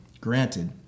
Granted